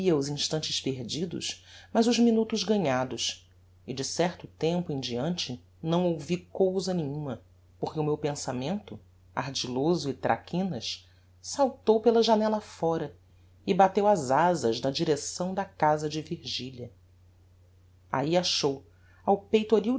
os instantes perdidos mas os minutos ganhados e de certo tempo em diante não ouvi cousa nenhuma porque o meu pensamento ardiloso e traquinas saltou pela janella fóra e bateu as azas na direcção da casa de virgilia ahi achou ao peitoril